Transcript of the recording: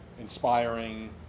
inspiring